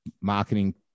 marketing